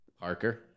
Parker